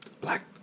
black